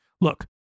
Look